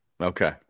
Okay